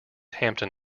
hampton